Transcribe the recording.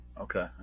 Okay